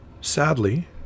Sadly